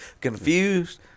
confused